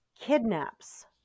kidnaps